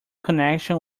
connection